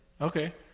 Okay